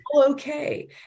okay